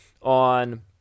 on